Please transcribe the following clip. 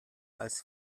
als